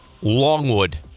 Longwood